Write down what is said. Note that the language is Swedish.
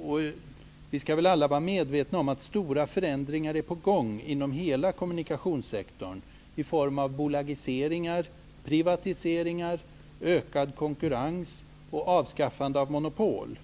Vi måste alla vara medvetna om att stora förändringar är på gång inom hela kommunikationssektorn i form av bolagiseringar, privatiseringar, ökad konkurrens och avskaffande av monopol.